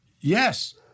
Yes